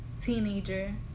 teenager